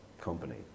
company